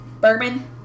Bourbon